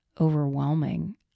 overwhelming